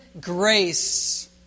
grace